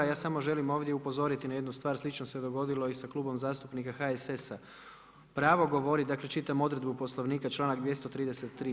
Ja samo želim ovdje upozoriti na jednu stvar, slično se dogodilo i sa Klubom zastupnika HSS-a. pravo govoriti, dakle čitam odredbu Poslovnika članak 233.